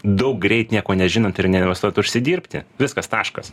daug greit nieko nežinant ir neinvestuot užsidirbti viskas taškas